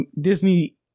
Disney